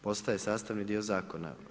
Postaje sastavni dio zakona.